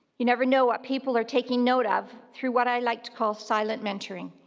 you never know what people are taking note of through what i like to call silent mentoring.